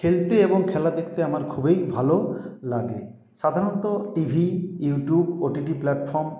খেলতে এবং খেলা দেখতে আমার খুবই ভালো লাগে সাধারণত টিভি ইউটিউব ওটিটি প্লাটফর্ম